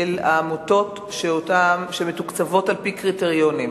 העמותות שמתוקצבות על-פי קריטריונים.